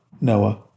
Noah